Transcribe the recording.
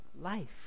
life